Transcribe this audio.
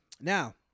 Now